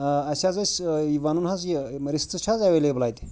اَسہِ حظ ٲسۍ یہِ وَنُن حظ یہِ رِستہٕ چھِ حظ ایویلیبٕل اَتہِ